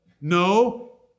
No